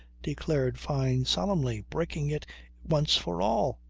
declared fyne solemnly. breaking it once for all.